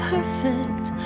perfect